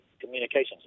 communications